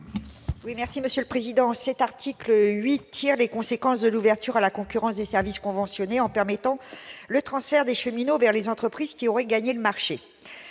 Éliane Assassi, sur l'article. Cet article tire les conséquences de l'ouverture à la concurrence des services conventionnés en permettant le transfert des cheminots vers les entreprises qui auront remporté le marché.